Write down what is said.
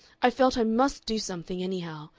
i felt i must do something anyhow,